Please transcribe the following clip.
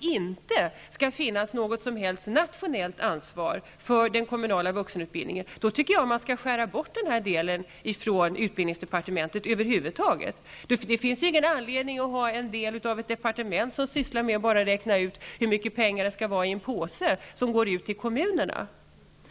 inte skall finnas något som helst nationellt ansvar för den kommunala vuxenutbildningen skall man enligt min uppfattning helt och hållet skära bort den delen från utbildningsdepartementet. Det finns ju ingen anledning att ha en del av ett departement som bara sysslar med att räkna ut hur mycket pengar det skall vara i en påse som går ut till kommunerna.